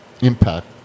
Impact